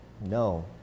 No